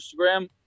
Instagram